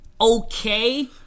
okay